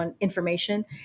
information